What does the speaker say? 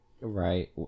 Right